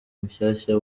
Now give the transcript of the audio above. mushyashya